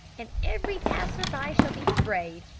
and every passerby shall be sprayed!